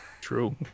True